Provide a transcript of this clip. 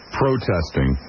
protesting